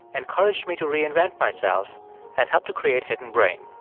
encouraged me to reinvent myself and helped to create hidden brain.